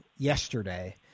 yesterday